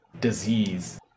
disease